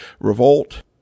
revolt